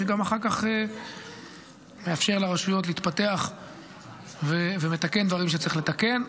ואחר כך גם מאפשר לרשויות להתפתח ומתקן דברים שצריך לתקן.